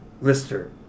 Lister